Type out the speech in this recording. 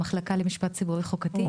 המחלקה למשפט ציבורי חוקתי,